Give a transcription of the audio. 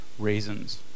reasons